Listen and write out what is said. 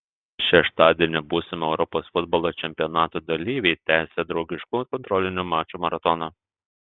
šeštadienį būsimo europos futbolo čempionato dalyviai tęsė draugiškų kontrolinių mačų maratoną